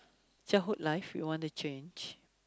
childhood life you want to change